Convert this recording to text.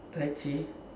chai chee